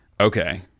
Okay